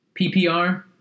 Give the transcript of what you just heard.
PPR